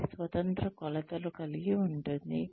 ఇది స్వతంత్ర కొలతలు కలిగి ఉంటుంది